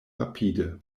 rapide